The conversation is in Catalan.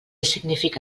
significa